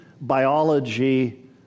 biology